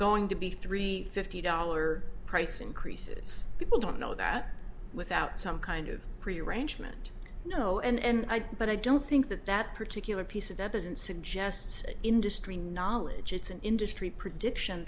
going to be three fifty dollar price increases people don't know that without some kind of prearrangement you know and i but i don't think that that particular piece of evidence suggests that industry knowledge it's an industry prediction